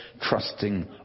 trusting